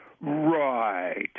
right